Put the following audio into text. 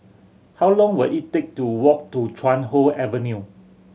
how long will it take to walk to Chuan Hoe Avenue